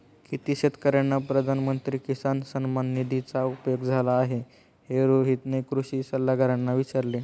किती शेतकर्यांना प्रधानमंत्री किसान सन्मान निधीचा उपयोग झाला आहे, हे रोहितने कृषी सल्लागारांना विचारले